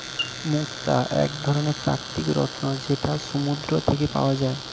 মুক্তা এক ধরনের প্রাকৃতিক রত্ন যেটা সমুদ্র থেকে পাওয়া যায়